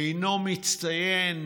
אינו מצטיין,